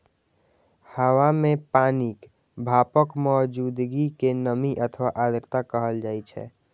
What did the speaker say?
हवा मे पानिक भापक मौजूदगी कें नमी अथवा आर्द्रता कहल जाइ छै